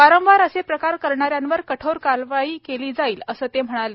वारंवार असे प्रकार करणाऱ्यांवर कठोर कारवाई केली जाईल असं ते म्हणाले